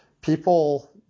People